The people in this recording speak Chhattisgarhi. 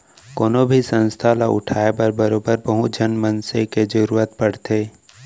कोनो भी संस्था ल उठाय बर बरोबर बहुत झन मनसे के जरुरत पड़थे